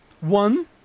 One